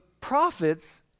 prophets